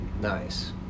nice